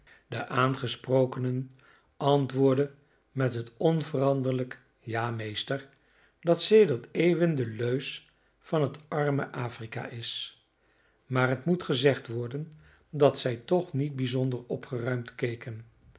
de aangesprokenen antwoordden met het onveranderlijk ja meester dat sedert eeuwen de leus van het arme afrika is maar het moet gezegd worden dat zij toch niet bijzonder opgeruimd keken